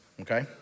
Okay